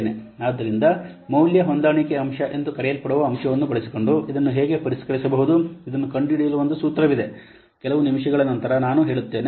ಆದ್ದರಿಂದ ಮೌಲ್ಯ ಹೊಂದಾಣಿಕೆ ಅಂಶ ಎಂದು ಕರೆಯಲ್ಪಡುವ ಅಂಶವನ್ನು ಬಳಸಿಕೊಂಡು ಇದನ್ನು ಹೇಗೆ ಪರಿಷ್ಕರಿಸಬಹುದು ಇದನ್ನು ಕಂಡುಹಿಡಿಯಲು ಒಂದು ಸೂತ್ರವಿದೆ ಕೆಲವು ನಿಮಿಷಗಳ ನಂತರ ನಾನು ಹೇಳುತ್ತೇನೆ